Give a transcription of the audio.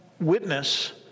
witness